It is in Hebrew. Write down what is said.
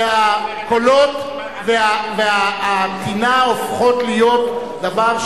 והקולות והטינה הופכים להיות דבר,